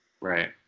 Right